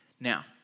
Now